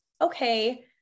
okay